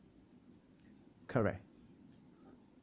correct